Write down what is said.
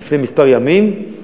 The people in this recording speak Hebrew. כמה ימים קודם,